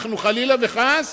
חלילה וחס,